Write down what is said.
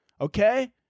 Okay